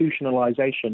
institutionalization